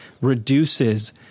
reduces